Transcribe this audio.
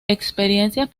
experiencias